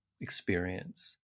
experience